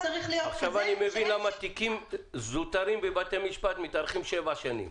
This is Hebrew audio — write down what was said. עכשיו אני מבין למה תיקים זוטרים בבית משפט מתארכים שבע שנים.